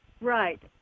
Right